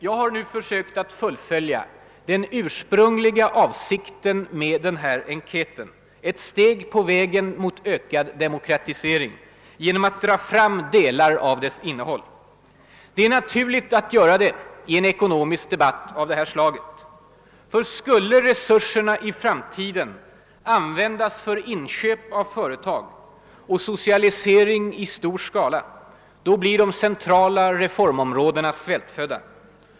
Jag har nu försökt fullfölja den ursprungliga avsikten med den här enkäten — »ett steg på vägen mot en ökad demokratisering» — genom att dra fram delar av dess innehåll. Det är naturligt att göra det i en ekonomisk debatt av det här slaget. Skulle resurserna i framtiden användas för inköp av företag och socialisering i stor skala, blir de centrala reformområdena svältfödda.